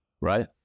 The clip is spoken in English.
right